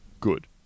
good